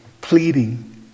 pleading